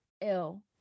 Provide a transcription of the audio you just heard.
ill